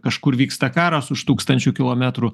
kažkur vyksta karas už tūkstančių kilometrų